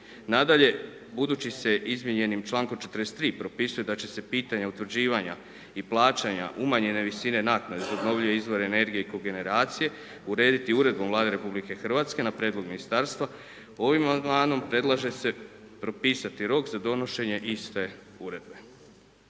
Nadalje, budući se izmijenjenim člankom 43., propisuje da će se pitanja utvrđivanja i plaćanja umanjene visine naknade za obnovljive izvore energije i kogeneracije, urediti Uredbom Vlade Republike Hrvatske na prijedlog Ministarstva, ovim amandmanom predlaže se propisati rok za donošenje iste Uredbe.